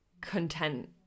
content